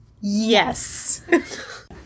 Yes